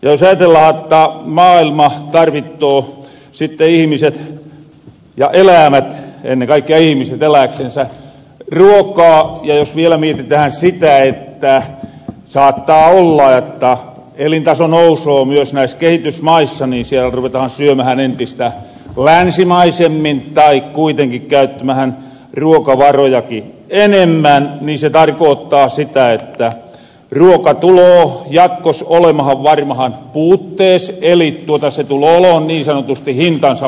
jos ajatellahan jotta maailmassa tarvittoo ihmiset ja eläämet ennen kaikkea ihmiset elääksensä ruokaa ja jos vielä mietitähän sitä että saattaa olla jotta elintaso nousoo myös näis kehitysmaissa niin siellä ruvetahan syömähän entistä länsimaisemmin tai kuitenkin käyttämähän ruokavarojaki enemmän ja se tarkoottaa sitä että ruoka tuloo jatkos olemahan varmahan puuttees eli se tuloo oloon niin sanotusti hintansa fäärtti